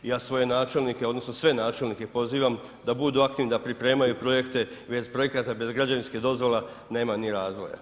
I ja svoje načelnike, odnosno sve načelnike pozivam da budu aktivni i da pripremaju projekte, bez projekata, bez građevinski dozvola nema ni razvoja.